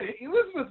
Elizabeth